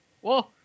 whoa